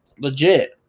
legit